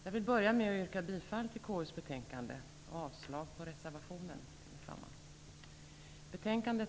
Fru talman!